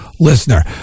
Listener